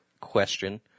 question